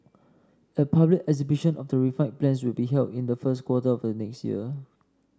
a public exhibition of the refined plans will be held in the first quarter of next year